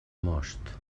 most